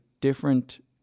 different